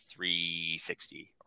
360